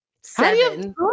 Seven